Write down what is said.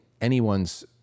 anyone's